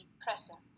present